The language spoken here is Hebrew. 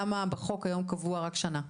למה בחוק היום קבוע רק שנה.